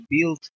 build